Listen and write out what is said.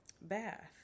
bath